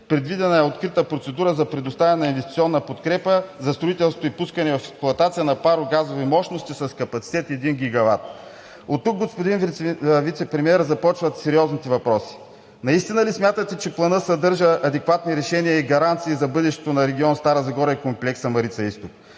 Предвидена е открита процедура за предоставяне на инвестиционна подкрепа за строителство и пускане в експлоатация на парогазови мощности с капацитет 1 гигават. Оттук, господин Вицепремиер, започват сериозните въпроси. Настина ли смятате, че Планът съдържа адекватни решения и гаранции за бъдещето на регион Стара Загора и комплекса „Марица изток“?